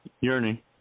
yearning